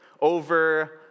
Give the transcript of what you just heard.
over